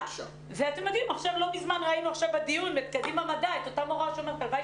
ראינו עכשיו בדיון מורה מקדימה מדע שאומרת: הלוואי